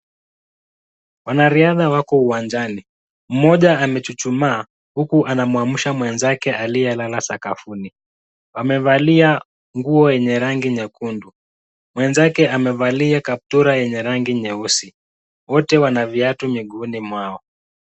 Wanariadha wako uwanjani. Mmoja amechuchumaa huku anamwamsha mwezake aliyelala sakafuni. Wamevalia nguo yenye rangi nyekundu. Mwenzake amevalia kaptura yenye rangi nyeusi. Wote wana viatu miguuni mwao.